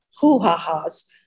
hoo-ha-has